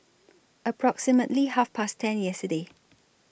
approximately Half Past ten yesterday